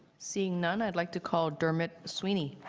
seeing none, i'd like to call dermot sweeney.